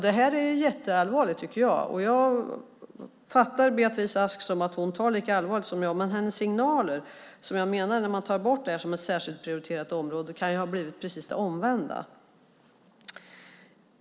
Det är jätteallvarligt, tycker jag. Jag uppfattar att Beatrice Ask tar lika allvarligt på det här som jag, men signalen när man tar bort det här som ett särskilt prioriterat område kan ha blivit precis den omvända.